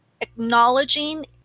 acknowledging